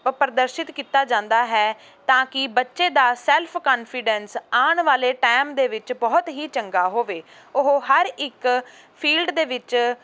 ਉਹ ਪ੍ਰਦਰਸ਼ਿਤ ਕੀਤਾ ਜਾਂਦਾ ਹੈ ਤਾਂ ਕਿ ਬੱਚੇ ਦਾ ਸੈਲਫ ਕਨਫੀਡੈਂਸ ਆਉਣ ਵਾਲੇ ਟਾਈਮ ਦੇ ਵਿੱਚ ਬਹੁਤ ਹੀ ਚੰਗਾ ਹੋਵੇ ਉਹ ਹਰ ਇੱਕ ਫੀਲਡ ਦੇ ਵਿੱਚ